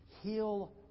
heal